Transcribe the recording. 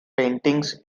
paintings